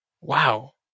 wow